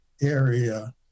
area